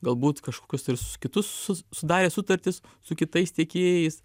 galbūt kažkokius tai ir su kitus sudarė sutartis su kitais tiekėjais